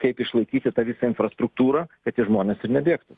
kaip išlaikyti tą visą infrastruktūrą kad tie žmonės ir nebėgtų